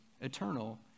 eternal